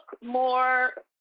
more